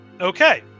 Okay